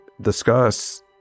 discuss